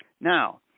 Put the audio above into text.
Now